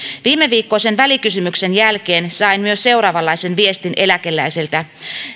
viimeviikkoisen välikysymyksen jälkeen sain myös seuraavanlaisen viestin eläkeläiseltä